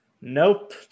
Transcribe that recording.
Nope